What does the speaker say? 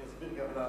אני אסביר גם למה.